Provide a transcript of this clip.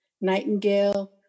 Nightingale